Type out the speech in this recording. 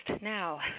now